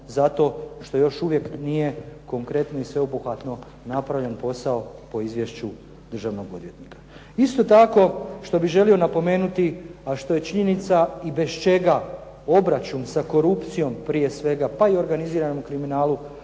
zato što još uvijek nije konkretno i sveobuhvatno napravljen posao po izvješću državnog odvjetnika. Isto tako što bih želio napomenuti a što je činjenica i bez čega obračun sa korupcijom prije svega pa i organiziranim kriminalom